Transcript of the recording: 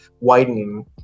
widening